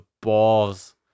balls